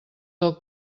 del